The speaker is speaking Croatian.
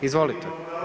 Izvolite.